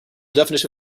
definition